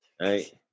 Right